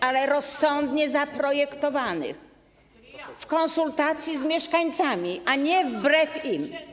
Ale rozsądnie zaprojektowanych, w konsultacji z mieszkańcami, a nie wbrew im.